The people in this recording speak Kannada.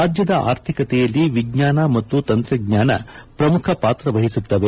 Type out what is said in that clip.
ರಾಜ್ಯದ ಆರ್ಥಿಕತೆಯಲ್ಲಿ ವಿಜ್ಞಾನ ಮತ್ತು ತಂತ್ರಜ್ಞಾನ ಪ್ರಮುಖ ಪಾತ್ರ ವಹಿಸತ್ತವೆ